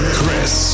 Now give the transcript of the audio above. Chris